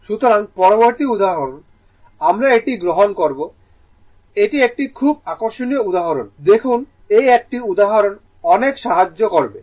সুতরাং পরবর্তী উদাহরণ আমরা এটি গ্রহণ করব এটি একটি খুব আকর্ষণীয় উদাহরণ দেখুন এই একটি উদাহরণ অনেক সাহায্য করবে